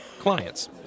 clients